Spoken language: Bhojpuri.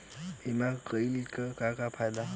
बीमा कइले का का फायदा ह?